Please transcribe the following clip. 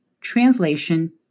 translation